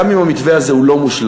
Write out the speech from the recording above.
גם אם המתווה הזה הוא לא מושלם,